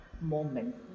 moment